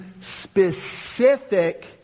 specific